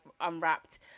unwrapped